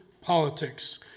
politics